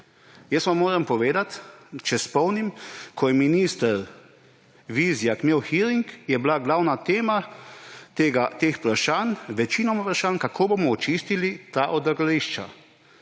Jaz vam moram povedati, če spomnim, da ko je minister Vizjak imel hearing, je bila glavna tema teh vprašanj, večine vprašanj, kako bomo očistili ta odlagališča.